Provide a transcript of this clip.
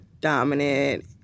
dominant